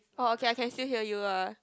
orh okay I can still hear you ah